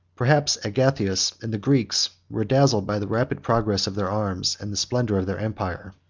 perhaps agathias, and the greeks, were dazzled by the rapid progress of their arms, and the splendor of their empire.